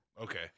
Okay